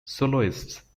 soloists